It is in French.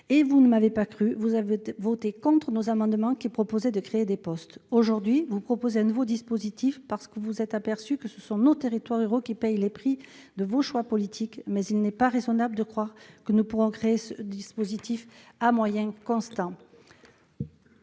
et vous ne m'avez pas crue. Vous avez voté contre nos amendements qui tendaient à créer des postes. Aujourd'hui, vous proposez un nouveau dispositif parce que vous vous êtes aperçu que ce sont nos territoires ruraux qui payent le prix de vos choix politiques, mais il n'est pas raisonnable de croire que nous pourrons créer ce dispositif à moyens constants.